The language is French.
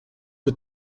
que